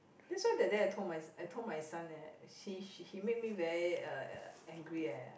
that's why that day I told my I told my son eh he he made me very uh angry eh